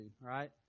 Right